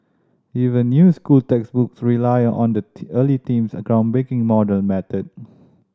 even new school textbooks rely on that early team's groundbreaking model method